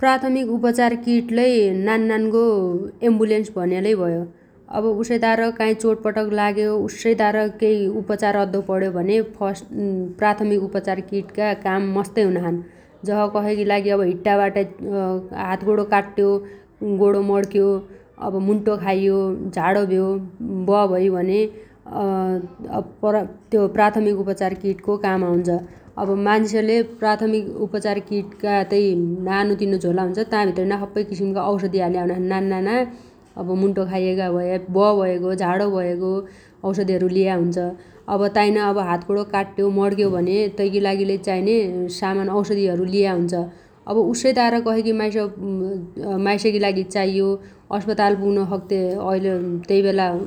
प्राथमिक उपचार किट लै नान्नान्गो एम्बुलेन्स भनेलै भयो । अब उसैतार काइ चोटपटक लाग्यो उस्सैतार केइ उपचार अद्दो पण्यो भने फस्ट प्राथमिक उपचार किटका काम मस्तै हुनाछन् । जस कसैगी लागि हिट्टाबाटा हातगोणो काट्ट्यो गोणो मण्क्यो अब मुन्टो खाइयो झाणो भ्यो ब भै भने त्यो प्राथमिक उपचार किटको काम आउन्छ । अब माइसले प्राथमिक उपचार किटका तै नानो तिनो झोला हुन्छ ताभित्रैना सप्पै किसिमगा औषधी हाल्या हुनाछन् नान्नाना अब मुन्टो खाइएगा भया ब भएगो झाणो भएगो औषाधीहरु लिया हुन्छ । अब ताइना अब हातगोणो काट्ट्यो मण्क्यो भने तैगी लागि लै चाइने सामान औषधीहरु लिया हुन्छ । अब उस्तैतार कसैगी माइस माइसगी लागि चाइयो अस्पताल पुग्न सक्ते ऐल तैबेला